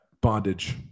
bondage